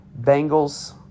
Bengals